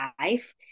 life